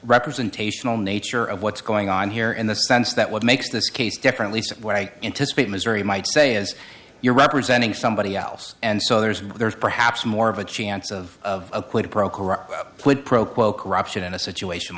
representational nature of what's going on here in the sense that what makes this case differently so what i anticipate missouri might say is you're representing somebody else and so there's there's perhaps more of a chance of put pro quo corruption in a situation